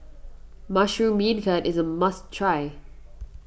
Mushroom Beancurd is a must try